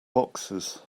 boxes